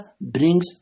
brings